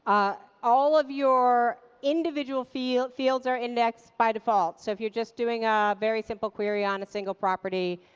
all of your individual fields fields are indexed by default. so if you're just doing a very simple query on a single property,